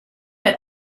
had